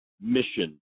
mission